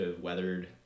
weathered